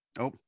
Oh-